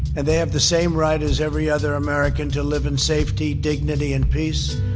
and they have the same right as every other america to live in safety, dignity, and peace.